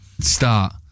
Start